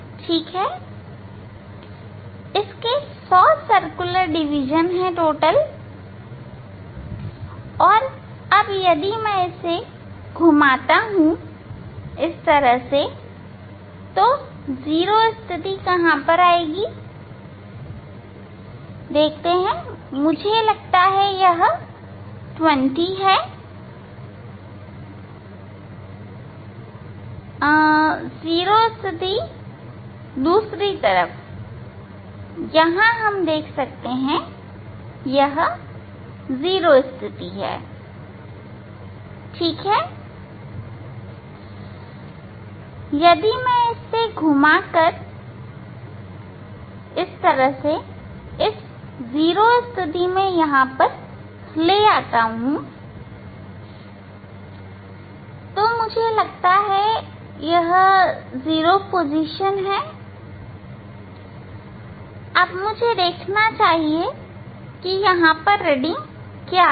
ठीक है इसके 100 सर्कुलर डिवीजन है और यदि मैं घुमाता हूं 0 स्थिति कहां है मुझे लगता है यह 20 है हां 0 स्थिति दूसरी तरफ है यहां मैं देख सकता हूं यह 0 स्थिति है ठीक है यदि मैं इसे घुमा कर 0 स्थिति यहां लाता हूं तो मैं मुझे लगता है कि यह 0 स्थिति है ठीक है मुझे देखना चाहिए यहां क्या रीडिंग है